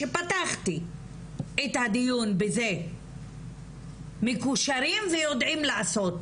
שפתחתי את הדיון בזה מקושרים ויודעים לעשות